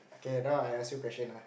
okay now I ask you question ah